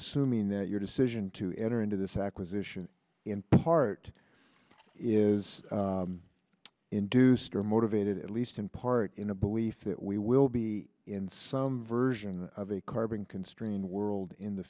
assuming that your decision to enter into this acquisition in part is induced or motivated at least in part in a belief that we will be in some version of a carbon constrained world in the